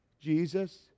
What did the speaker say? Jesus